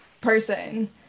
person